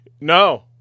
no